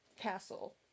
Castle